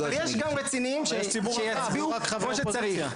אבל יש גם רציניים שיצביעו כמו שצריך.